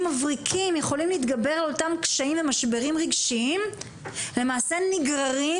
מבריקים יכולים להתגבר על אותם קשיים ומשברים רגשיים למעשה נגררים